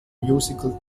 musical